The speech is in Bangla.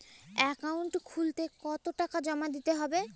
অ্যাকাউন্ট খুলতে কতো টাকা জমা দিতে হবে?